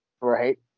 Right